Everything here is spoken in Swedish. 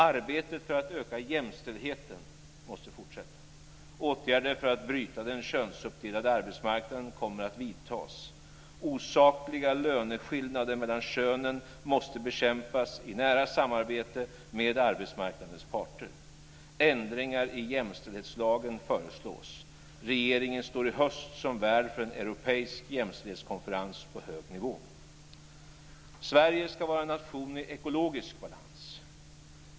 Arbetet för att öka jämställdheten måste fortsätta. Åtgärder för att bryta den könsuppdelade arbetsmarknaden kommer att vidtas. Osakliga löneskillnader mellan könen måste bekämpas i nära samarbete med arbetsmarknadens parter. Ändringar i jämställdhetslagen föreslås. Regeringen står i höst som värd för en europeisk jämställdhetskonferens på hög nivå. Sverige ska vara en nation i ekologisk balans.